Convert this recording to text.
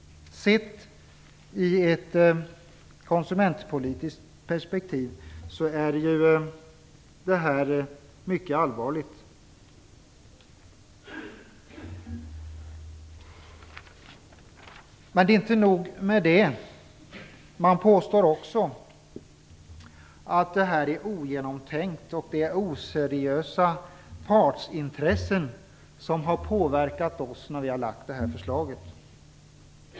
I det konsumentpolitiska perspektivet är det alltså mycket allvarligt. Men inte nog med det - man påstår också att det här förslaget är ogenomtänkt och att oseriösa partsintressen har påverkat oss när vi tog fram förslaget.